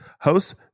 hosts